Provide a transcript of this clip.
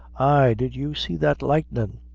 did you see that lightnin'?